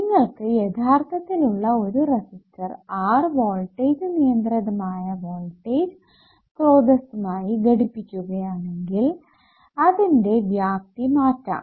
നിങ്ങൾക്ക് യഥാർത്ഥത്തിൽ ഉള്ള ഒരു റെസിസ്റ്റർ R വോൾടേജ് നിയന്ത്രിതമായ വോൾടേജ് സ്രോതസ്സുമായി ഘടിപ്പിക്കുകയാണെങ്കിൽ അതിന്റെ വ്യാപ്തി മാറ്റാം